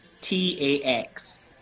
T-A-X